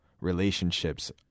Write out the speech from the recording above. relationships